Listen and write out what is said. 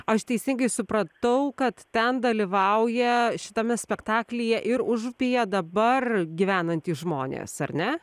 aš teisingai supratau kad ten dalyvauja šitame spektaklyje ir užupyje dabar gyvenantys žmonės ar ne